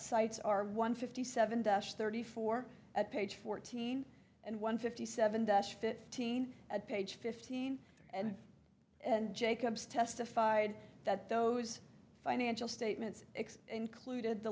sites are one fifty seven thirty four at page fourteen and one fifty seven dash fifteen at page fifteen and and jacobs testified that those financial statements included the